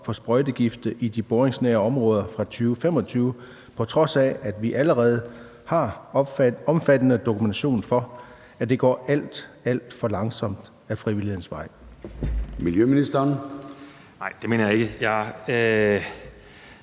for sprøjtegifte i de boringsnære områder fra 2025, på trods af at vi allerede har omfattende dokumentation for, at det går alt, alt for langsomt ad frivillighedens vej? Skriftlig begrundelse Der henvises